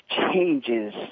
changes